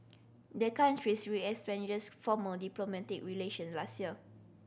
the countries formal diplomatic relations last year